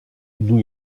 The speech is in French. new